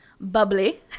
bubbly